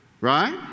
right